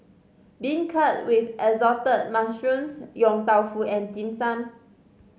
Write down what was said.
beancurd with Assorted Mushrooms Yong Tau Foo and Dim Sum